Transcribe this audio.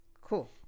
Cool